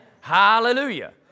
Hallelujah